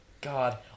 God